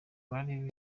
bari